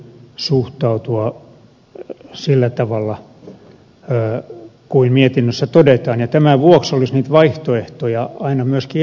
niihin täytyy suhtautua sillä tavalla kuin mietinnössä todetaan ja tämän vuoksi olisi nyt vaihtoehtoja aina myöskin esiteltävä